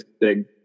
big